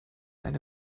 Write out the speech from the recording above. eine